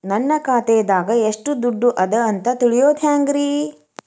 ನನ್ನ ಖಾತೆದಾಗ ಎಷ್ಟ ದುಡ್ಡು ಅದ ಅಂತ ತಿಳಿಯೋದು ಹ್ಯಾಂಗ್ರಿ?